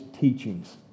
teachings